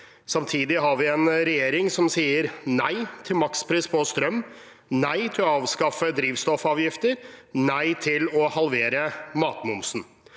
Samtidig har vi en regjering som sier nei til makspris på strøm, nei til å avskaffe drivstoffavgifter og nei til å halvere matmomsen.